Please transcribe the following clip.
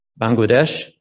Bangladesh